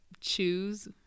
choose